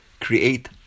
create